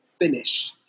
finish